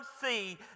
see